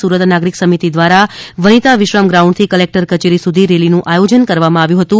સુરત નાગરિક સમિતિ દ્વારા વનિતા વિશ્રામ ગ્રાઉન્ડથી કલેક્ટર કચેરી સુધી રેલીનું આયોજન કરવામાં આવ્યું હતું